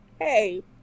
Hey